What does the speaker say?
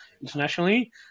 internationally